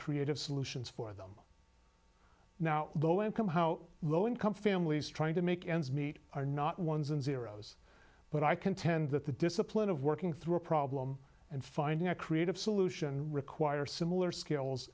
creative solutions for them now the income how low income families trying to make ends meet are not ones and zeroes but i contend that the discipline of working through a problem and finding a creative solution requires similar skills